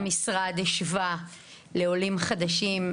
המשרד השווה לעולים חדשים,